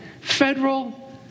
federal